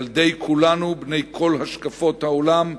ילדי כולנו, בני כל השקפות העולם,